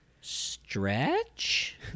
stretch